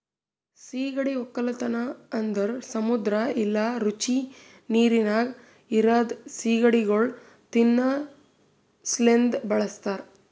ಸೀಗಡಿ ಒಕ್ಕಲತನ ಅಂದುರ್ ಸಮುದ್ರ ಇಲ್ಲಾ ರುಚಿ ನೀರಿನಾಗ್ ಇರದ್ ಸೀಗಡಿಗೊಳ್ ತಿನ್ನಾ ಸಲೆಂದ್ ಬಳಸ್ತಾರ್